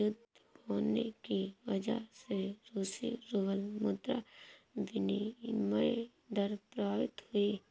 युद्ध होने की वजह से रूसी रूबल मुद्रा विनिमय दर प्रभावित हुई